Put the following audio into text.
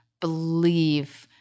believe